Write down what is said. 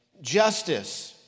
justice